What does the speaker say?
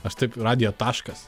aš taip radijo taškas